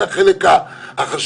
זה החלק החשוב,